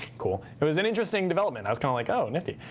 cool. it was an interesting development. i was kind of like, oh, nifty.